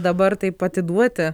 dabar taip atiduoti